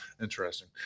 interesting